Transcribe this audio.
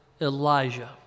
Elijah